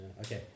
okay